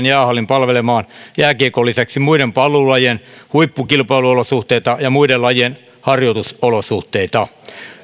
jäähallin palvelemaan jääkiekon lisäksi muiden palloilulajien huippukilpailuolosuhteita ja muiden lajien harjoitusolosuhteita